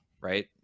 Right